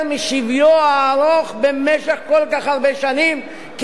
משביו הארוך במשך כל כך הרבה שנים,